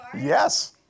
yes